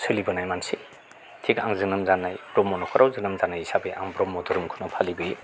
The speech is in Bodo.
सोलिबोनाय मानसि थिख आं जोनोम जानाय ब्रह्म न'खराव जोनोम जानाय हिसाबै आं ब्रह्म धोरोमखौनो फालिबोयो